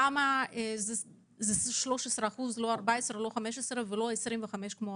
למה זה 13% ולא 25% כמו